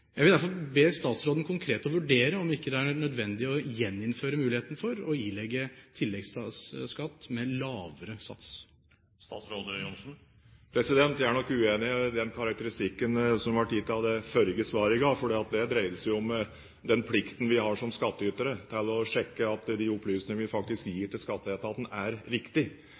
Jeg vil derfor be statsråden konkret å vurdere om det ikke er nødvendig å gjeninnføre muligheten for å ilegge tilleggsskatt med lavere sats. Jeg er nok uenig i karakteristikken som ble gitt av det forrige svaret jeg ga, for det dreide seg om den plikten vi har som skattytere til å sjekke at de opplysningene vi faktisk gir til Skatteetaten, er